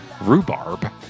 Rhubarb